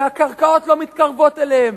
שהקרקעות לא מתקרבות אליהם,